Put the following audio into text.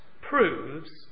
proves